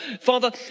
father